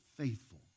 faithful